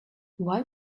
why